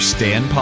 Stan